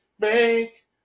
make